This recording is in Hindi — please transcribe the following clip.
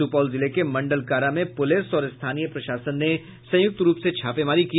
सुपौल जिले के मंडल कारा में पुलिस और स्थानीय प्रशासन ने संयुक्त रूप से छापेमारी की